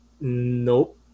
Nope